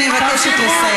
אני מסיים עוד שנייה.